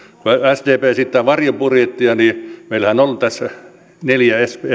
sdp esittää varjobudjettia niin meillähän on tässä neljä